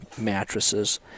mattresses